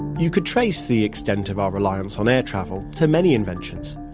you could trace the extent of our reliance on air travel to many inventions.